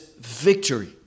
victory